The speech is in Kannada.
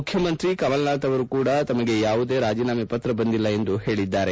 ಮುಖ್ಯಮಂತ್ರಿ ಕಮಲನಾಥ್ ಅವರು ಕೂಡಾ ತಮಗೆ ಯಾವುದೇ ರಾಜೀನಾಮೆ ಪತ್ರ ಬಂದಿಲ್ಲ ಎಂದು ಹೇಳಿದ್ದಾರೆ